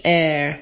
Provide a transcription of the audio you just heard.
air